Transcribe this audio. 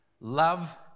love